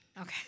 Okay